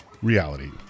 Reality